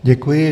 Děkuji.